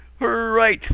Right